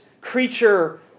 creature